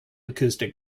acoustic